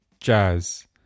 Jazz